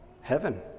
Heaven